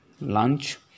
lunch